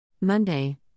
Monday